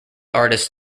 artist